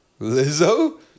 Lizzo